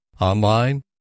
Online